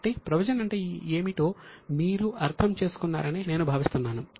కాబట్టి ప్రొవిజన్ అంటే ఏమిటో మీరు అర్థం చేసుకున్నారని నేను భావిస్తున్నాను